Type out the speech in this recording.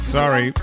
sorry